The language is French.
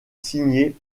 signé